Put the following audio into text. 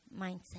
mindset